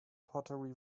pottery